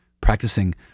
practicing